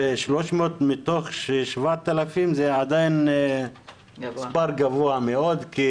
זה 300 מתוך 7,000 זה עדיין מספר גבוה מאוד כי